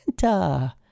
Santa